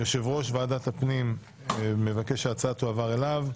יושב-ראש ועדת הפנים מבקש שההצעה תועבר אליו.